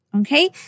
Okay